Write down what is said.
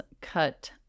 cut